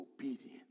obedience